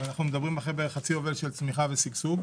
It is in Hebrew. ואנחנו מדברים אחרי בערך חצי יובל של צמיחה ושגשוג.